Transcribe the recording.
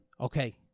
Okay